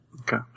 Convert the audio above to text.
Okay